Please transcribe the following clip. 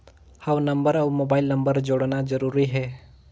हव नंबर अउ mobile number जोड़ना जरूरी हे?